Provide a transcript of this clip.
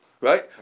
Right